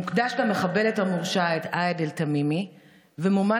מוקדש למחבלת המורשעת עהד תמימי ומומן